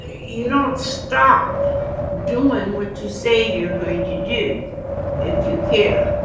you don't stop doing what you say you're going to do if you care.